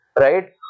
right